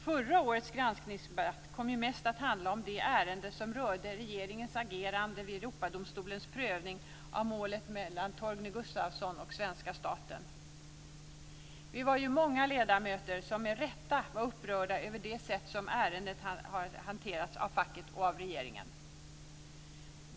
Förra årets granskningsdebatt kom ju mest att handla om det ärende som rörde regeringens agerande vid Europadomstolens prövning av målet mellan Torgny Gustafsson och svenska staten. Vi var många ledamöter som med rätta var upprörda över det sätt som ärendet har hanterats av facket och regeringen.